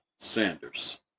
Sanders